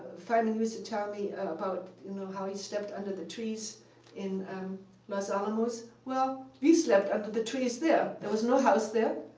feynman used to tell me about you know how he slept under the trees in los alamos. well, we slept under the trees there. there was no house there,